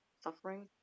suffering